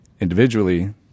individually